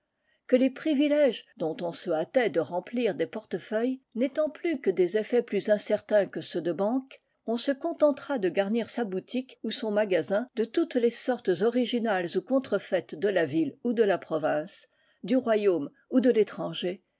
que les privilèges dont on se hâtait de remplir des portefeuilles n'étant plus que des effets plus incertains que ceux de banque on se contentera de garnir sa boutique ou son magasin de toutes les sortes originales ou contrefaites de la ville ou de la province du royaume ou de l'étranger